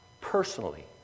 Personally